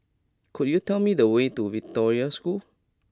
could you tell me the way to Victoria School